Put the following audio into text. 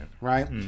Right